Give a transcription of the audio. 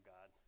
God